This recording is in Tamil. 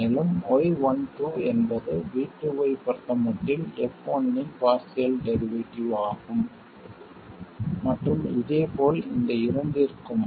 மேலும் y12 என்பது V2 ஐப் பொறுத்தமட்டில் f1 இன் பார்சியல் டெரிவேட்டிவ் ஆகும் மற்றும் இதேபோல் இந்த இரண்டிற்கும்